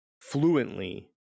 fluently